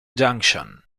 junction